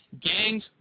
gangs